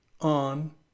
on